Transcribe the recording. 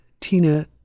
Tina